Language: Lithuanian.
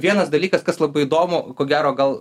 vienas dalykas kas labai įdomu ko gero gal